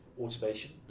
automation